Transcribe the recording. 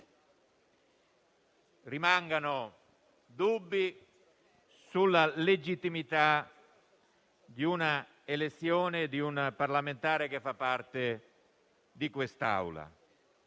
rimangano dubbi sulla legittimità di una elezione di un parlamentare che fa parte di quest'Assemblea.